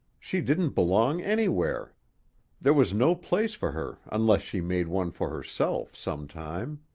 she didn't belong anywhere there was no place for her unless she made one for herself, some time.